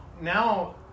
Now